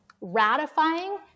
ratifying